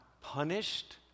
punished